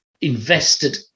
invested